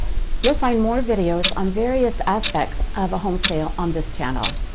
you'll find more videos on various aspects of a home sale on this channel.